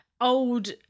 old